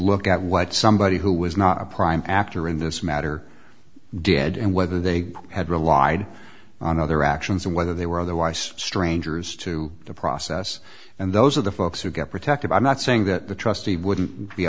look at what somebody who was not a prime actor in this matter did and whether they had relied on other actions and whether they were otherwise strangers to the process and those are the folks who get protected i'm not saying that the trustee wouldn't be